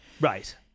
Right